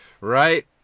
right